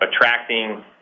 attracting